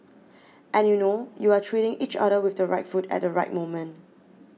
and you know you are treating each other with the right food at the right moment